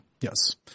yes